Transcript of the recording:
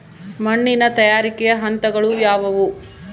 ಮಣ್ಣಿನ ತಯಾರಿಕೆಯ ಹಂತಗಳು ಯಾವುವು?